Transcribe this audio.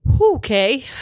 Okay